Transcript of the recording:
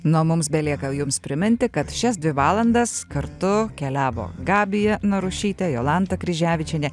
na mums belieka jums priminti kad šias dvi valandas kartu keliavo gabija narušytė jolanta kryževičienė